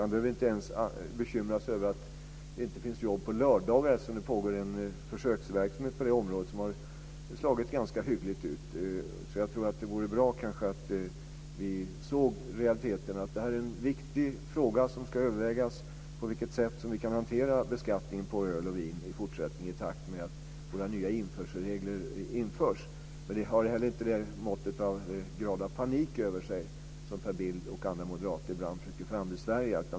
Han behöver inte ens bekymra sig över jobb på lördagar, för det pågår nu en försöksverksamhet på det området som har slagit ganska hyggligt ut. Jag tror att det vore bra att vi såg realiteterna. Det här är en viktig fråga som ska övervägas. På vilket sätt kan vi hantera beskattningen på öl och vin i fortsättningen i takt med att våra nya införselregler införs? Det har heller inte det mått av panik över sig som Per Bill och andra moderater ibland försöker frambesvärja.